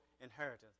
inheritance